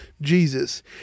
Jesus